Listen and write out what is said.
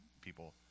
people